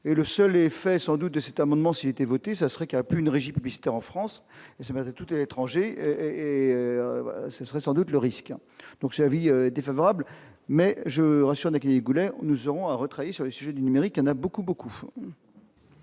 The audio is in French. et le seul effet sans doute de cette amendement s'il était voté, ça serait cap une régie publicitaire en France et sa mère, et tout à l'étranger, et ce serait sans doute le risque donc c'est avis défavorable mais je rationaliser Goulet, nous aurons un retrait sur les sujets du numérique en a beaucoup, beaucoup.